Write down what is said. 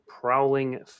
Prowling